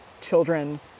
children